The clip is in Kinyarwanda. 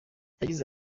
yagize